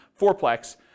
fourplex